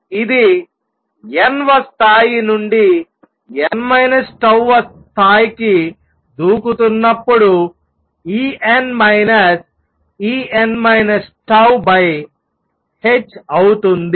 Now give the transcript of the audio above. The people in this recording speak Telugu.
ఇది n వ స్థాయి నుండి n τ వ స్థాయికి దూకుతున్నప్పుడు En En τh అవుతుంది